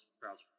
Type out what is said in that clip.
browser